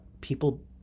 people